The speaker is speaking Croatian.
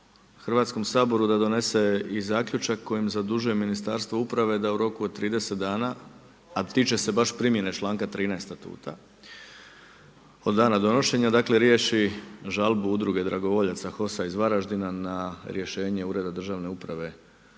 Hrvatskom saboru da donese i zaključak kojim zadužuje Ministarstvo uprave da u roku od 30 dana, a tiče se baš primjene članka 13. Statuta od dana donošenja. Dakle, riješi žalbu Udruge dragovoljaca HOS-a iz Varaždina na rješenje Uredba državne uprave u